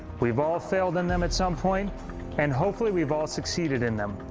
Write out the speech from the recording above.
we've all failed in them at some point and hopefully we've all succeeded in them.